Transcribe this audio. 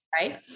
right